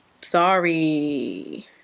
Sorry